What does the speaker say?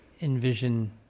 envision